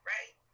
Right